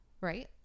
Right